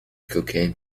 cocaine